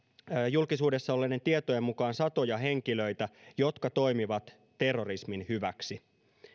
julkisuudessa olleiden tietojen mukaan satoja henkilöitä jotka toimivat terrorismin hyväksi